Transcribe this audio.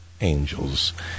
angels